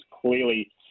clearly